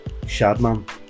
Shadman